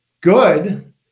good